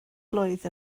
blwydd